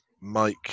Mike